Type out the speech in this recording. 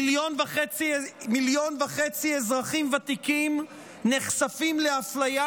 מיליון וחצי אזרחים ותיקים נחשפים לאפליה